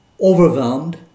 overwhelmed